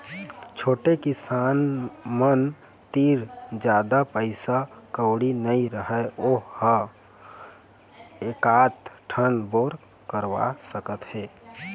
छोटे किसान मन तीर जादा पइसा कउड़ी नइ रहय वो ह एकात ठन बोर करवा सकत हे